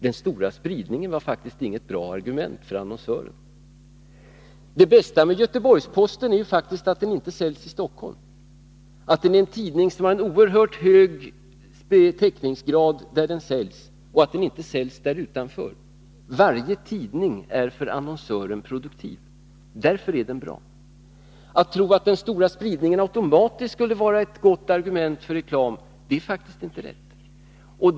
Den stora spridningen var faktiskt inget bra argument för annonsören. Det bästa med Göteborgs-Posten är att den inte säljs i Stockholm, att den ären tidning som har oerhört hög täckningsgrad där den säljs och att den inte säljs utanför sitt område. Varje tidning är för annonsören produktiv. Därför är den bra. Att den stora spridningen automatiskt skulle vara ett gott argument för reklam, är faktiskt inte riktigt.